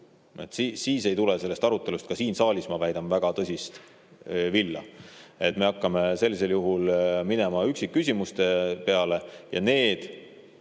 Siis ei tule sellest arutelust ka siin saalis, ma väidan, väga tõsist villa. Me hakkame sellisel juhul minema üksikküsimuste peale ja need